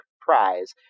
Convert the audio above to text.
prize